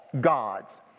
gods